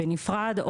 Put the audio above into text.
בנפרד,